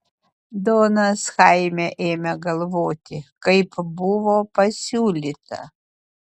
donas chaime ėmė galvoti kaip buvo pasiūlyta